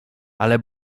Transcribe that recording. ale